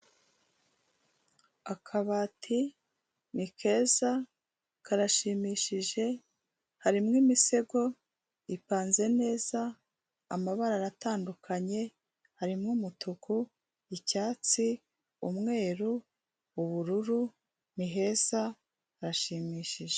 Akabati ni keza karashimishije harimo imisego ipanze neza amabara atandukanye harimo: umutuku, icyatsi, umweru, ubururu niheza hashimishije.